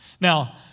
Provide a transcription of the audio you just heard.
Now